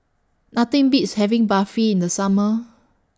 Nothing Beats having Barfi in The Summer